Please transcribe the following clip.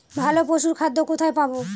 ভালো পশুর খাদ্য কোথায় পাবো?